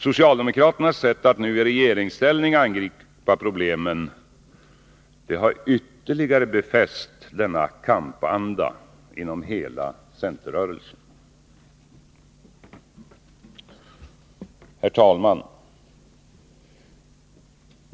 Socialdemokraternas sätt att nu i regeringsställning angripa problemen har ytterligare befäst denna kampanda inom hela centerrörelsen. Herr talman!